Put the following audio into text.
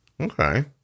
Okay